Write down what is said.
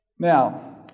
Now